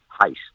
heist